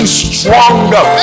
stronger